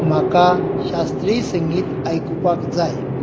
म्हाका शास्त्रीय संगीत आयकुपाक जाय